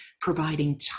providing